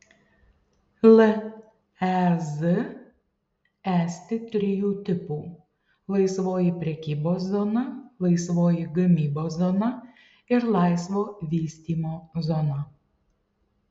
lez esti trijų tipų laisvoji prekybos zona laisvoji gamybos zona ir laisvo vystymo zona